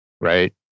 right